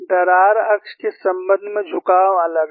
दरार अक्ष के संबंध में झुकाव अलग है